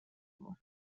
его